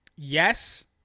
Yes